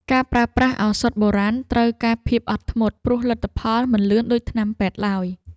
ការប្រើប្រាស់ឱសថបុរាណត្រូវការភាពអត់ធ្មត់ ព្រោះលទ្ធផលមិនលឿនដូចថ្នាំពេទ្យឡើយ។